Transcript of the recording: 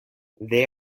they